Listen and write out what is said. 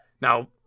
Now